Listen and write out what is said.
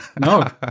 No